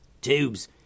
Tubes